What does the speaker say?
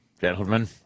gentlemen